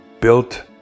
built